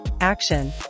action